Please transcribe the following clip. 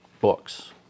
books